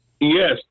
Yes